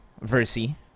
Versi